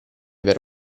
per